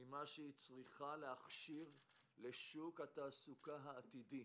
ממה שהיא צריכה להכשיר לשוק התעסוקה העתידי